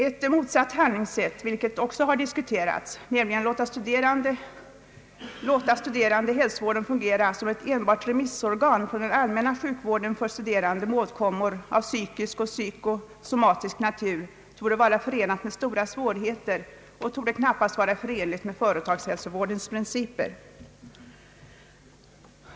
Ett motsatt handlingssätt, vilket har diskuterats, nämligen att låta studerandehälsovården fungera enbart som ett remissorgan från den allmänna sjukvården för studerande med åkommor av psykisk eller psykosomatisk natur, torde vara förenat med stora svårigheter och torde knappast vara förenligt med företagshälsovårdens prin ciper.